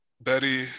betty